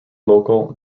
local